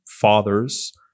fathers